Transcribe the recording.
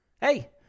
Hey